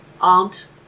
aunt